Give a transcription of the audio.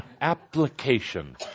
Application